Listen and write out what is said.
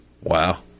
Wow